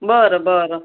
बरं बरं